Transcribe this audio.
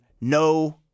no